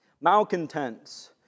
Malcontents